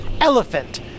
Elephant